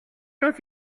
quand